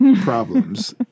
problems